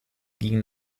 gingen